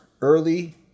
early